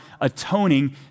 atoning